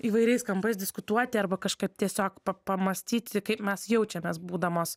įvairiais kampais diskutuoti arba kažkaip tiesiog pamąstyti kaip mes jaučiamės būdamos